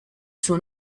suo